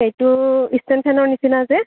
সেইটো ষ্টেণ্ড ফেনৰ নিচিনা যে